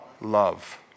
love